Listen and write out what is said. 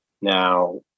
Now